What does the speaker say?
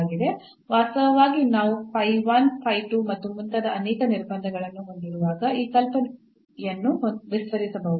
ವಾಸ್ತವವಾಗಿ ನಾವು phi 1 phi 2 ಮತ್ತು ಮುಂತಾದ ಅನೇಕ ನಿರ್ಬಂಧಗಳನ್ನು ಹೊಂದಿರುವಾಗ ಈ ಕಲ್ಪನೆಯನ್ನು ವಿಸ್ತರಿಸಬಹುದು